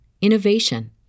innovation